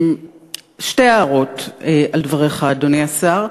שתי הערות על דבריך, אדוני השר: